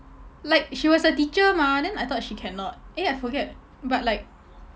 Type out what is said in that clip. like she was a teacher mah then I thought she cannot eh I forget but like